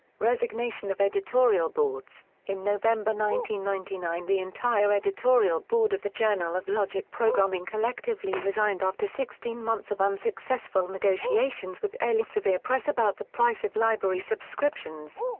resignation of editorial boards in november ninety ninety nine the entire editorial board of the journal of logic programming collectively resigned after sixteen months of unsuccessful negotiations with elsevier press about the price of library subscriptions.